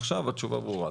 עכשיו התשובה ברורה.